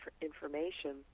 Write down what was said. information